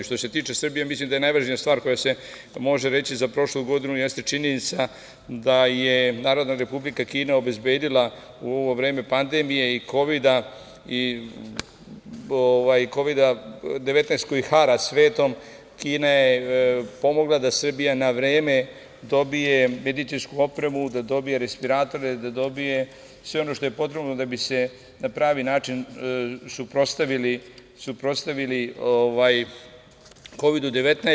Što se tiče Srbije, mislim da je najvažnija stvar koja se može reći za prošlu godinu jeste činjenica da je Narodna Republika Kina obezbedila u ovo vreme pandemije Kovida-19 koji hara svetom, Kina je pomogla da Srbija na vreme dobije medicinsku opremu, da dobije respiratore, da dobije sve ono što je potrebno da bi se na pravi način suprotstavili Kovidu-19.